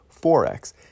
4x